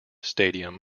stadium